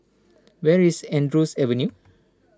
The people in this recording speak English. where is Andrews Avenue